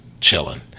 chilling